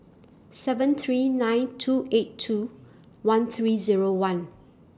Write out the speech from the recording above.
seven three nine two eight two one three Zero one